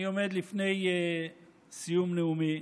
אני עומד לפני סיום נאומי.